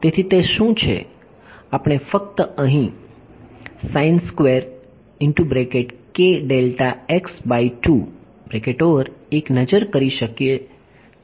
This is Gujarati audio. તેથી તે શું છે આપણે ફક્ત અહીં એક નજર કરી શકીએ છીએ